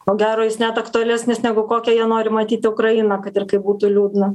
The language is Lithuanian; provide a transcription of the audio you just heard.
ko gero jis net aktualesnis negu kokią jie nori matyti ukrainą kad ir kaip būtų liūdna